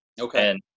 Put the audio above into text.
Okay